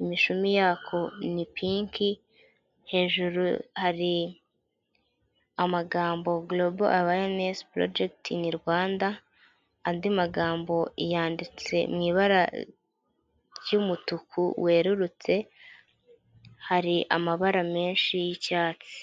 imishumi yako ni piki hejuru hari amagambo goroba awirinesi porojegite Rwanda andi magambo yanditse mu ibara ry'umutuku werurutse hari amabara menshi y'icyatsi.